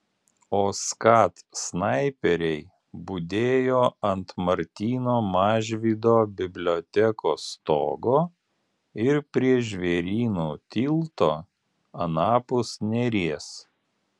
o skat snaiperiai budėjo ant martyno mažvydo bibliotekos stogo ir prie žvėryno tilto anapus neries